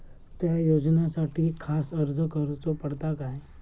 त्या योजनासाठी खास अर्ज करूचो पडता काय?